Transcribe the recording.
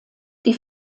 die